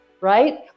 right